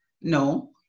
No